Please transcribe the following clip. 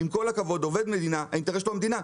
עם כל הכבוד, עובד מדינה, האינטרס שלו היא המדינה.